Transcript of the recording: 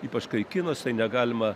ypač kai kinuose negalima